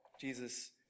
Jesus